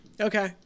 Okay